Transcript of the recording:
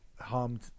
harmed